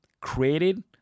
created